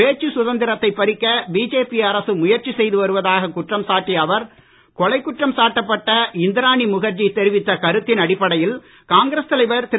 பேச்சு சுதந்திரத்தை பறிக்க பிஜேபி அரசு முயற்சி செய்து வருவதாக குற்றம் சாட்டிய அவர் கொலைக் குற்றம் சாட்டப்பட்ட இந்திராணி முகர்ஜி தெரிவித்த கருத்தின் அடிப்படையில் காங்கிரஸ் தலைவர் திரு